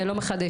לא מחדשת.